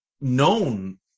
known